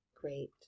great